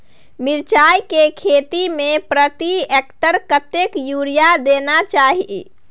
मिर्चाय के खेती में प्रति एकर कतेक यूरिया देना चाही?